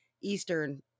eastern